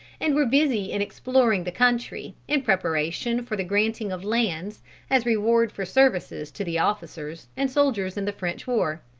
and were busy in exploring the country, in preparation for the granting of lands as rewards for services to the officers and soldiers in the french war.